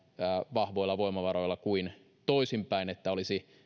vahvoilla voimavaroilla kuin toisin päin että olisi